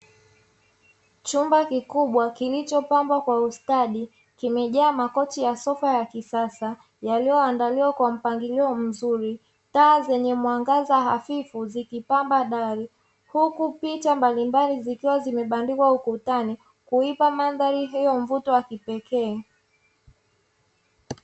Chumba kikubwa kilichopambwa kwa ustadi kimejaa makochi ya sofa ya kisasa, yaliyoandaliwa kwa mpangilio mzuri taa zenye mwangaza hafifu zikipamba dari; huku picha mbalimbali zikiwa zimebandikwa ukutani kuipa mandhari hiyo mvuto wa kipekee.